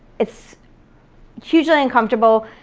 it's hugely uncomfortable,